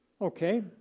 okay